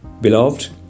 beloved